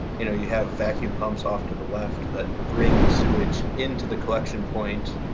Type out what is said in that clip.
you know you have vacuum pumps off to the left that bring the sewage into the collection point.